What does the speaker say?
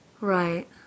Right